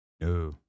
No